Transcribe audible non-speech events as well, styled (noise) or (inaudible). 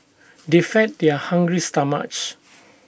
they fed their hungry stomachs (noise)